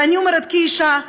ואני אומרת כאישה,